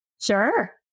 Sure